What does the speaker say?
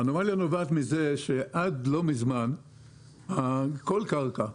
האנומליה נובעת מכך שעד לא מזמן כל קרקע,